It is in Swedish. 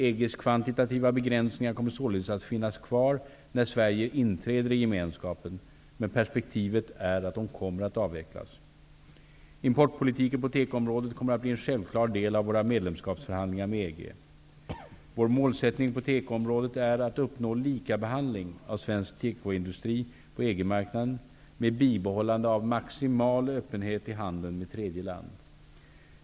EG:s kvantitativa begränsningar kommer således att finnas kvar när Sverige inträder i Gemenskapen, men perspektivet är att de kommer att avvecklas. Importpolitiken på tekoområdet kommer att bli en självklar del av våra medlemskapsförhandlingar med EG. Vår målsättning på tekoområdet är att uppnå likabehandling av svensk tekoindustri på EG marknaden, med bibehållande av maximal öppenhet i handeln med tredje land.